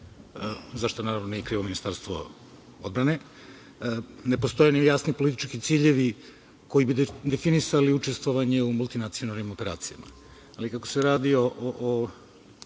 za šta naravno nije krivo Ministarstvo odbrane, ne postoje ni jasni politički ciljevi koji bi definisali učestvovanje u multinacionalnim operacijama, ali kako se radi o